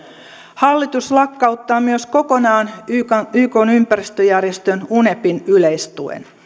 hallitus lakkauttaa myös kokonaan ykn ykn ympäristöjärjestön unepin yleistuen